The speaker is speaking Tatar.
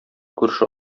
күрше